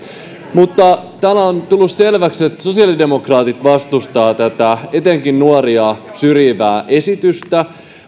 täällä on tullut selväksi että sosiaalidemokraatit vastustavat tätä etenkin nuoria syrjivää esitystä